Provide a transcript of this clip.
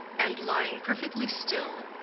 and lying perfectly still,